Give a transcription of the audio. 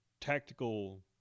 tactical